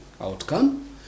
outcome